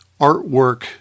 artwork